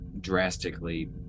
drastically